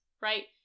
right